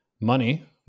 money